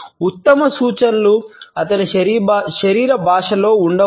ఉత్తమ సూచనలు అతని శరీర భాషలో ఉండవచ్చు